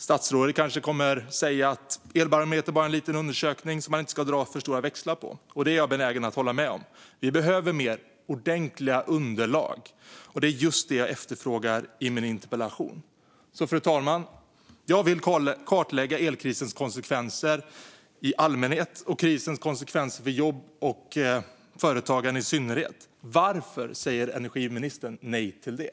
Statsrådet kanske kommer att säga att elbarometern bara är en liten undersökning som man inte ska dra för stora växlar på. Det är jag benägen att hålla med om. Vi behöver mer ordentliga underlag, och det är just det jag efterfrågar i min interpellation. Fru talman! Jag vill kartlägga elkrisens konsekvenser i allmänhet och dess konsekvenser för jobb och företagande i synnerhet. Varför säger energiministern nej till det?